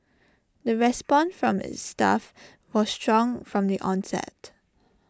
the response from its staff was strong from the onset